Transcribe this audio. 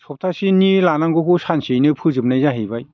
सबताहसेनि लानांगौखौ सानसेयैनो फोजोबनाय जाहैबाय